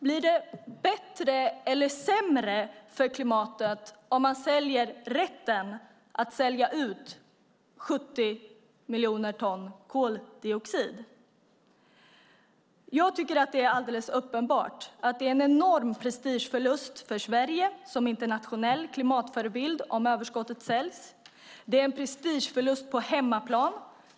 Blir det bättre eller sämre för klimatet om man säljer rätten att släppa ut 70 miljoner ton koldioxid? Det är alldeles uppenbart att det är en enorm prestigeförlust för Sverige som internationell klimatförebild om överskottet säljs. Det är också en prestigeförlust på hemmaplan.